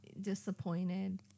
disappointed